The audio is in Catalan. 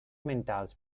mentals